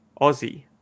aussie